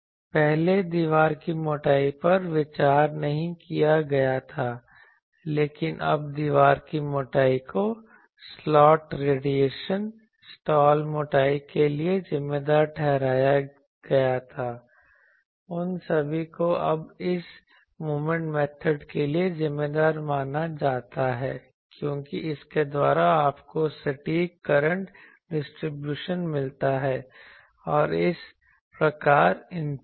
पहले दीवार की मोटाई पर विचार नहीं किया गया था लेकिन अब दीवार की मोटाई को स्लॉट रेडिएशन स्लॉट मोटाई के लिए जिम्मेदार ठहराया गया था उन सभी को अब इस मोमेंट मेथड के लिए जिम्मेदार माना जाता है क्योंकि इसके द्वारा आपको सटीक करंट डिस्ट्रीब्यूशन मिलता है और इस प्रकार इंपेडेंस